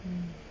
hmm